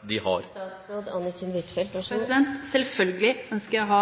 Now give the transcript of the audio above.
de har? Selvfølgelig skal jeg ha